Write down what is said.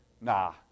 Nah